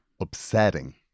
upsetting